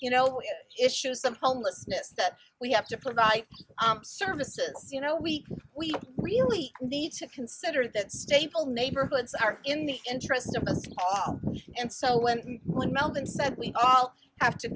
you know issues of homelessness that we have to provide services you know we we really need to consider that staple neighborhoods are in the interest of us and so when malcolm said we all have to